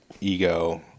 ego